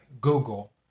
Google